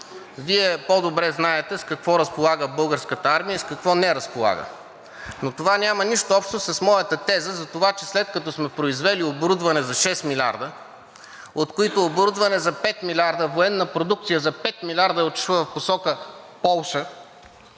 Вие по-добре знаете с какво разполага Българската армия и с какво не разполага, но това няма нищо общо с моята теза, че след като сме произвели оборудване за 6 милиарда, от които оборудване за 5 милиарда, военна продукция за 5 милиарда е отишла в посока Полша,